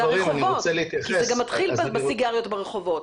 והרחובות, כי זה גם מתחיל בסיגריות ברחובות.